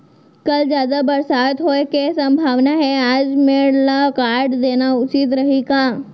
कल जादा बरसात होये के सम्भावना हे, आज मेड़ ल काट देना उचित रही का?